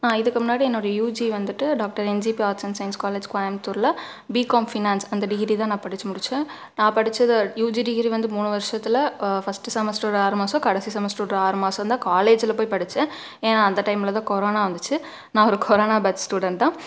இதுக்கு முன்னாடி என்னோடய யுஜி வந்துட்டு doctor NGP arts and science college கோயம்முத்தூர்ல பிகாம் பைனான்ஸ் அந்த டிகிரி தான் நான் படித்து முடித்தேன் நான் படிச்சது யுஜி டிகிரி வந்து மூனு வர்ஷத்தில் ஃபஸ்ட்டு செமஸ்ட்டர் ஒரு ஆறு மாசம் கடைசி செமஸ்ட்டர் ஒரு ஆறு மாசந்தான் காலேஜ்ல போய் படிச்சேன் ஏன்னா அந்த டைம்லதான் கொரோனா வந்துச்சு நான் ஒரு கொரோனா பேட்ச் ஸ்டூடெண்ட் தான்